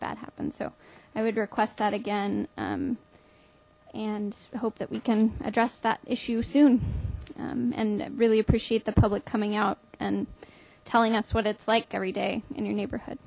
bad happens so i would request that again and hope that we can address that issue soon and really appreciate the public coming out and telling us what it's like every day in your neighborhood